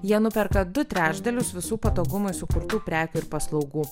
jie nuperka du trečdalius visų patogumui sukurtų prekių ir paslaugų